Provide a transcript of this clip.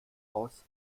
aus